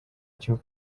cyo